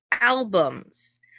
albums